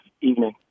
evening